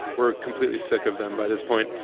were completely sick of them by this point.